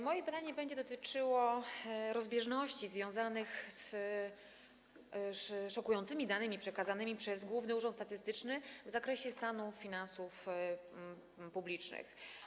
Moje pytanie będzie dotyczyło rozbieżności związanych z szokującymi danymi przekazanymi przez Główny Urząd Statystyczny w zakresie stanu finansów publicznych.